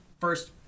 first